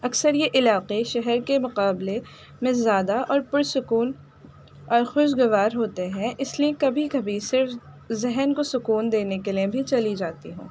اکثر یہ علاقے شہر کے مقابلے میں زیادہ اور پرسکون اور خوشگوار ہوتے ہیں اس لیے کبھی کبھی صرف ذہن کو سکون دینے کے لیے بھی چلی جاتی ہوں